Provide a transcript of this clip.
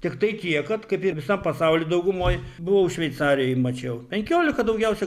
tiktai tiek kad kaip ir visam pasauly daugumoj buvau šveicarijoj mačiau penkiolika daugiausia